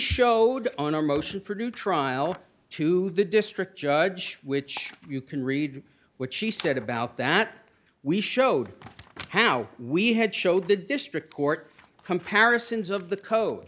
showed on our motion for new trial to the district judge which you can read what she said about that we showed how we had showed the district court comparisons of the code